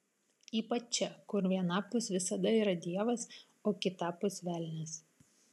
ypač čia kur vienapus visada yra dievas o kitapus velnias